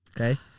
Okay